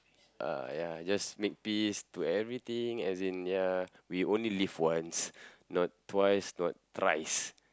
uh ya just make peace to everything as in ya we only live once not twice not thrice